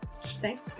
Thanks